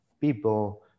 people